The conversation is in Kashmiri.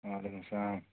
وعلیکُم سلام